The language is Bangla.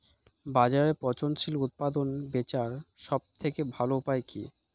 বাজারে পচনশীল উৎপাদন বেচার সবথেকে ভালো উপায় কি?